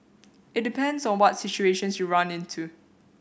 it depends on what situations you run into